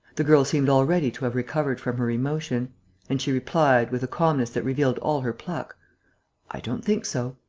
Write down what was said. the girl seemed already to have recovered from her emotion and she replied, with a calmness that revealed all her pluck i don't think so.